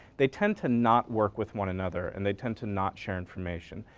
they tend to not work with one another and they tend to not share information.